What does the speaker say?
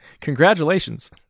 Congratulations